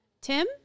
Tim